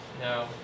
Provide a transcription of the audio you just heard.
No